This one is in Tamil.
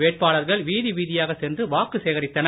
வேட்பாளர்கள் வீதி வீதியாக சென்று வாக்கு சேகரித்தனர்